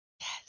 Yes